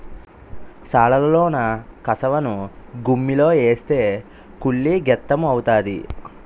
సాలలోన కసవను గుమ్మిలో ఏస్తే కుళ్ళి గెత్తెము అవుతాది